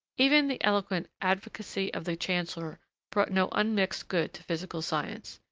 even the eloquent advocacy of the chancellor brought no unmixed good to physical science.